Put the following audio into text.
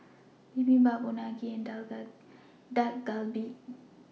Bibimbap Unagi and Dak Galbi